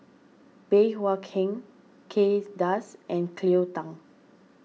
Bey Hua Kay Das and Cleo Thang